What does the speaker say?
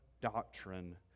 doctrine